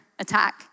attack